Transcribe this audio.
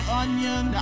onion